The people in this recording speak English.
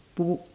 boot